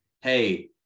Hey